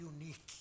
unique